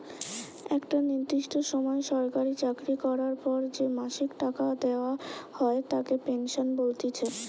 একটা নির্দিষ্ট সময় সরকারি চাকরি করার পর যে মাসিক টাকা দেওয়া হয় তাকে পেনশন বলতিছে